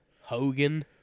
Hogan